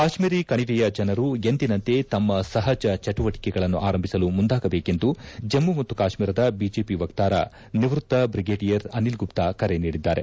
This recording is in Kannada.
ಕಾಶ್ಮೀರಿ ಕಣಿವೆಯ ಜನರು ಎಂದಿನಂತೆ ತಮ್ಮ ಸಾಜ ಚಟುವಟಿಕೆಗಳನ್ನು ಆರಂಭಿಸಲು ಮುಂದಾಗಬೇಕೆಂದು ಜಮ್ಮ ಮತ್ತು ಕಾಶ್ಮೀರದ ಬಿಜೆಪಿ ವಕ್ತಾರ ನಿವೃತ್ತ ಬ್ರಿಗೇಡಿಯರ್ ಅನಿಲ್ ಗುಪ್ತಾ ಕರೆ ನೀಡಿದ್ದಾರೆ